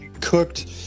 cooked